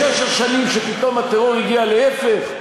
שש השנים שבהן פתאום הטרור הגיע לאפס,